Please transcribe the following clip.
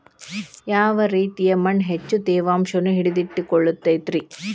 ಯಾವ ರೇತಿಯ ಮಣ್ಣ ಹೆಚ್ಚು ತೇವಾಂಶವನ್ನ ಹಿಡಿದಿಟ್ಟುಕೊಳ್ಳತೈತ್ರಿ?